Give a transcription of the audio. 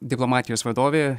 diplomatijos vadovė